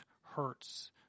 hurts